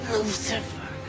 Lucifer